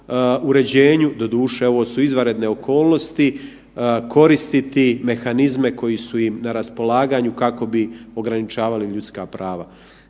uređenju, doduše ovo su izvanredne okolnosti, koristiti mehanizme koji su im na raspolaganju kako bi ograničavali ljudska prava.